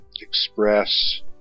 express